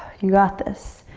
you got this.